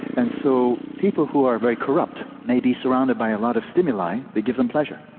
and so people who are very corrupt may be surrounded by a lot of stimuli that give them pleasure.